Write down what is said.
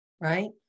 right